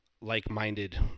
like-minded